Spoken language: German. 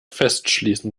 festschließen